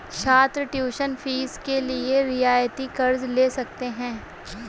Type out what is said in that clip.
छात्र tuition fee के लिए रियायती कर्ज़ ले सकते हैं